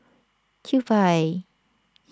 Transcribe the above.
Kewpie